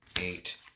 eight